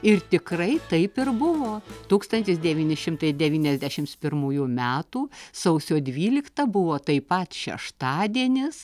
ir tikrai taip ir buvo tūkstantis devyni šimtai devyniasdešims pirmųjų metų sausio dvylikta buvo taip pat šeštadienis